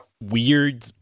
weird